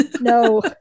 no